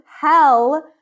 hell